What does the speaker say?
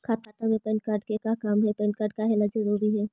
खाता में PAN card के का काम है पैन कार्ड काहे ला जरूरी है?